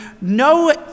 no